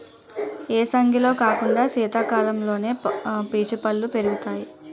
ఏసంగిలో కాకుండా సీతకాలంలోనే పీచు పల్లు పెరుగుతాయి